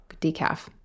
decaf